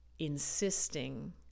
insisting